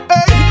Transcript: Hey